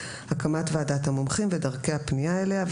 הקמת ועדת המומחים ודרכי הפנייה אליה,